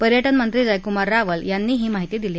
पर्यटन मंत्री जयकुमार रावल यांनी ही माहिती दिली